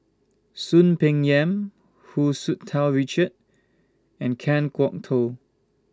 Soon Peng Yam Hu Tsu Tau Richard and Kan Kwok Toh